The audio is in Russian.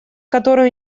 которую